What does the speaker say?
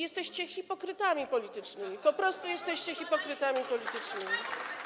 Jesteście hipokrytami politycznymi, po prostu jesteście hipokrytami politycznymi.